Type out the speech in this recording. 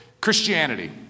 Christianity